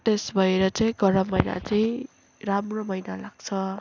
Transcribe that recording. त्यसो भएर चाहिँ गरम महिना चाहिँ राम्रो महिना लाग्छ